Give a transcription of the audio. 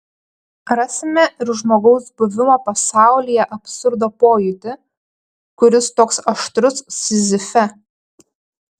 rasime ir žmogaus buvimo pasaulyje absurdo pojūtį kuris toks aštrus sizife